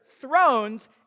thrones